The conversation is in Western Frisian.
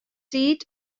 tiid